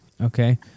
Okay